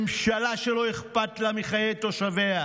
ממשלה שלא אכפת לה מחיי תושביה.